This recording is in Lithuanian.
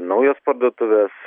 naujos parduotuvės